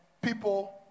people